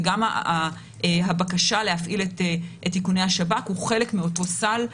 וגם הבקשה להפעיל את איכוני השב"כ היא חלק מאותו סל.